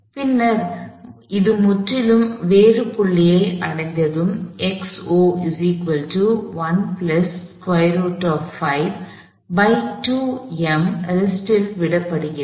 பின்னர் அது முற்றிலும் வேறு புள்ளியை அடைந்ததும் ரெஸ்ட் ல் விடப்படுகிறது